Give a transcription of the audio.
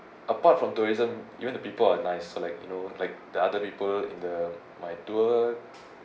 apart from tourism even the people are nice so like you know like the other people in the my tour